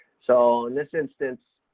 so in this instance,